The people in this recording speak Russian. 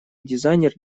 дизайнер